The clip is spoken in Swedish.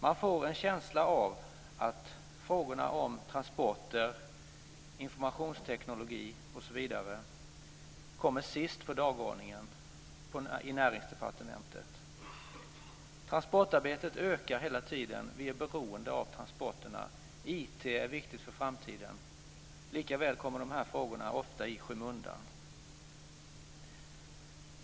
Man får en känsla av att frågorna om transporter, informationsteknologi osv. kommer sist på dagordningen i Näringsdepartementet. Transportarbetet ökar hela tiden. Vi är beroende av transporterna. IT är viktigt för framtiden. Likaväl kommer de här frågorna ofta i skymundan.